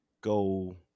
go